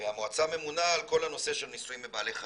והמועצה ממונה על כל הנושא של ניסויים בבעלי חיים.